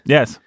Yes